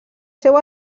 seu